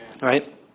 Right